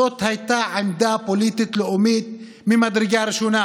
זאת הייתה עמדה פוליטית-לאומית ממדרגה ראשונה,